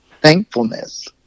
thankfulness